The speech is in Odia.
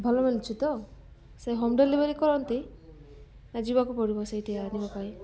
ଭଲ ମିଳୁଛି ତ ସେ ହୋମ୍ ଡେଲିଭରି କରନ୍ତି ନା ଯିବାକୁ ପଡ଼ିବ ସେଇଠି ଆଣିବା ପାଇଁ